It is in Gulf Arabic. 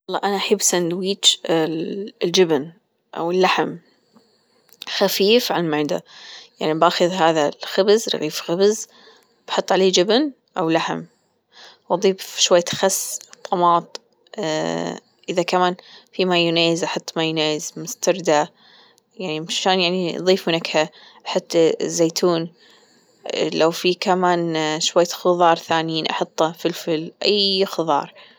أنا أحب سندويتش الجبن أو اللحم خفيف عالمعدة يعني بأخذ هذا الخبز رغيف خبز بأحط عليه جبن أو لحم وأضيف شوية خس طماطم إذا كمان في مايونيز أحط مايونيز مستردة مشان يعني يضيفوا نكهة حتى الزيتون لو في كمان شوية خضر ثانيين أحطه فلفل أي خضار